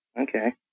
Okay